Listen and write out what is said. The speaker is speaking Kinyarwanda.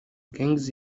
gangs